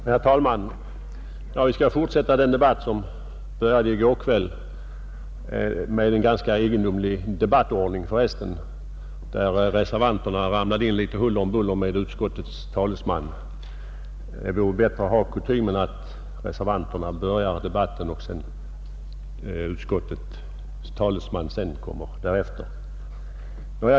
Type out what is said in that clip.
Herr talman! Vi skall fortsätta en debatt som började i går kväll med en ganska egendomlig debattordning förresten; reservanterna ramlade in litet huller om buller med utskottets talesman. Det vore bättre att ha kutymen att reservanterna börjar debatten och utskottets talesman kommer därefter.